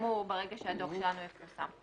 יפורסמו ברגע שהדוח שלנו יפורסם.